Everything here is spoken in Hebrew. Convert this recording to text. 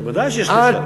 ודאי שיש קשר.